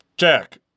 Jack